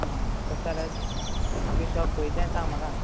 आं तशें जाल्यार तुगे शॉप खंय तें सांग म्हाका